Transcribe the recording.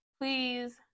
please